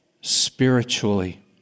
spiritually